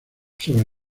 sobre